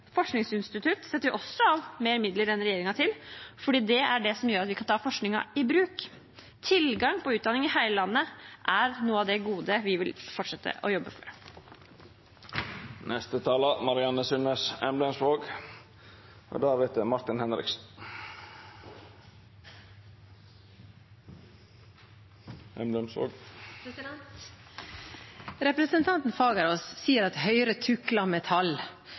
setter vi også av mer midler til enn regjeringen, for det er det som gjør at vi kan ta forskningen i bruk. Tilgang på utdanning i hele landet er en av de godene vi vil fortsette å jobbe for. Representanten Fagerås sier at Høyre tukler med tall. Mitt spørsmål til representanten